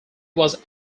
was